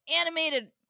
animated